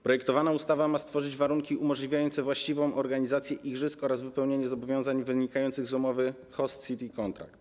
Projektowana ustawa ma stworzyć warunki umożliwiające właściwą organizację igrzysk oraz wypełnienie zobowiązań wynikających z umowy host city contract.